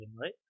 right